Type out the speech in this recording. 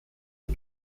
die